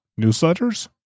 newsletters